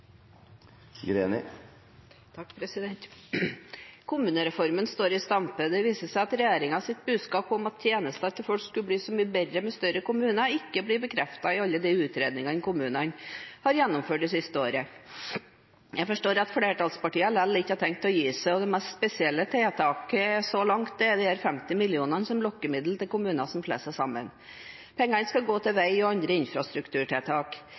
Kommunereformen står i stampe, og det viser seg at regjeringens budskap om at tjenester til folk skulle bli så mye bedre med større kommuner, ikke blir bekreftet i alle de utredningene kommunene har gjennomført det siste året. Jeg forstår at flertallspartiene allikevel ikke har tenkt å gi seg, og det mest spesielle tiltaket så langt er 50 mill. kr som lokkemiddel til kommuner som slår seg sammen. Pengene skal gå til veier og andre infrastrukturtiltak.